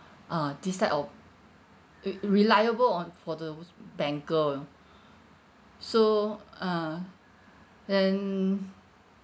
ah this type of it reliable on for those banker ah so uh and